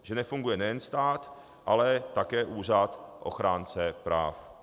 Že nefunguje nejen stát, ale také Úřad ochránce práv.